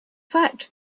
fact